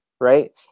right